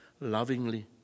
lovingly